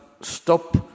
stop